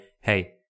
hey